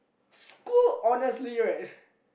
school honestly right